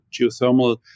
geothermal